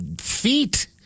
feet